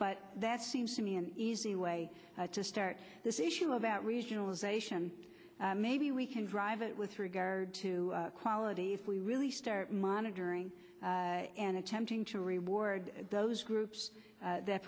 but that seems to me an easy way to start this issue about regionalisation maybe we can drive it with regard to quality if we really start monitoring and attempting to reward those groups that